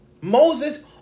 Moses